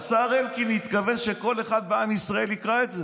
השר אלקין התכוון שכל אחד בעם ישראל יקרא את זה